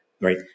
right